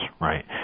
right